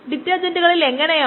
012x 0